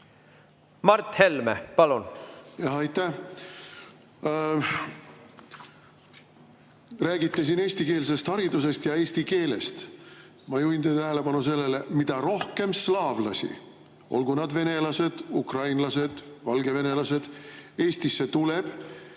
Mart Helme, palun! Aitäh! Te räägite siin eestikeelsest haridusest ja eesti keelest. Ma juhin teie tähelepanu sellele, et mida rohkem slaavlasi, olgu nad venelased, ukrainlased või valgevenelased, Eestisse tuleb